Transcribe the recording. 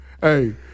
Hey